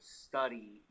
study